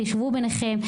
תשבו ביניכם,